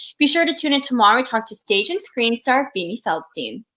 be sure to tune in tomorrow, we talk to stage and screen star beanie feldstein.